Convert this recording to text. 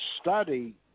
study